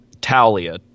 Talia